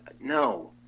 No